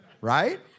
Right